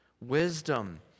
Wisdom